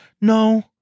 No